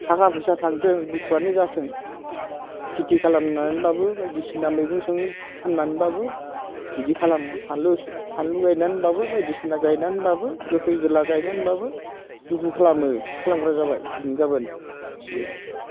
थाखा फैसा थांथों दुखुआनो जाथों खिथि खालामनानैब्लाबो बायदिसिना मैगं जों फाननानैब्लाबो बिदि खालामो फानलु फानलु गायनानैब्लाबो बायदिसिना गायनानैब्लाबो गोखै गोला गायनानैब्लाबो दुखु खालामो खालामग्रा जाबाय दिनै गाबोन गासिबो